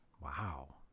wow